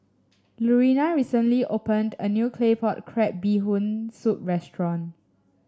Lurena recently opened a new Claypot Crab Bee Hoon Soup restaurant